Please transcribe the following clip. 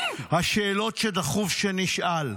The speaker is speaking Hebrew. השאלות שדחוף שנשאל.